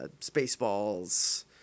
Spaceballs